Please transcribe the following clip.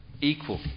equal